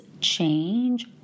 change